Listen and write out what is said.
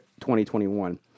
2021